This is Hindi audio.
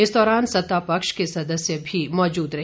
इस दौरान सत्ता पक्ष के सदस्य भी मौजूद रहे